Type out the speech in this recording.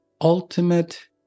ultimate